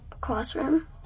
classroom